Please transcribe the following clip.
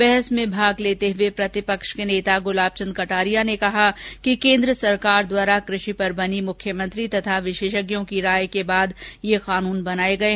बहस में भाँग लेते हुए प्रतिपक्ष के नेता गुलाब चंद कटारिया ने कहा कि केंद्र सरकार द्वारा कृषि पर बनी मुख्यमंत्री तथा विशेषज्ञोर् की राय के बाद ये कानून बनाये गये